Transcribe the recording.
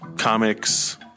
Comics